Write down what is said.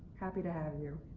happy to have you.